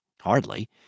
Hardly